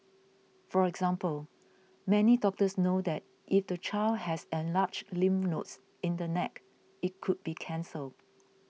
for example many doctors know that if the child has enlarged lymph nodes in the neck it could be cancer